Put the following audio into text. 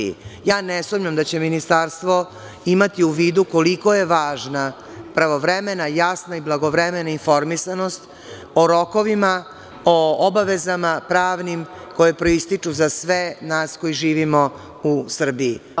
Ne sumnjam da će Ministarstvo imati u vidu koliko je važna pravovremena, jasna i blagovremena informisanost o rokovima, o obavezama pravnim koje proističu za sve nas koji živimo u Srbiji.